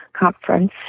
Conference